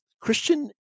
Christian